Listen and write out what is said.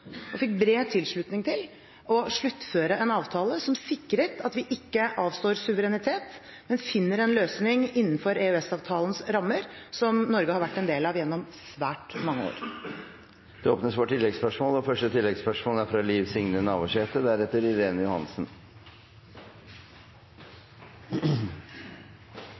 og fikk bred tilslutning til å sluttføre en avtale som sikrer at vi ikke avstår suverenitet, men finner en løsning innenfor rammene i EØS-avtalen, som Norge har vært en del av gjennom svært mange år. Det åpnes for oppfølgingsspørsmål – først Liv Signe Navarsete.